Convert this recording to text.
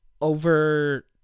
over